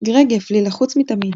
גרג הפלי לחוץ מתמיד.